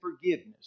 forgiveness